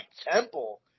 Temple